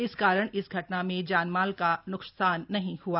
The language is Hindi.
इस कारण इस घटना में जानमाल का न्कसान नहीं हुआ